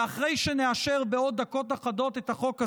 ואחרי שנאשר בעוד דקות אחדות את החוק הזה,